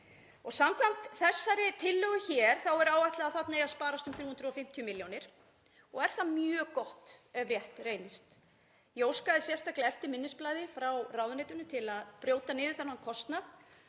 Samkvæmt þessari tillögu er áætlað að þarna eigi að sparast um 350 milljónir og er það mjög gott ef rétt reynist. Ég óskaði sérstaklega eftir minnisblaði frá ráðuneytinu til að brjóta niður þennan kostnað